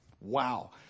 wow